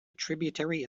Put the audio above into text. tributary